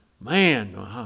Man